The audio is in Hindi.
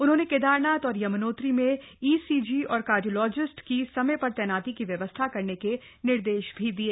उन्होंने केदारनाथ और यम्नोत्री में ईसीजी और कार्डियोलॉजिस्ट की समय पर तैनाती की व्यवस्था करन के निर्देश भी दिये